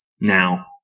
now